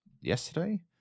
yesterday